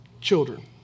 children